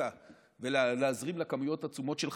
אותה ולהזרים לה כמויות עצומות של חשמל,